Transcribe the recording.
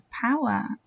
power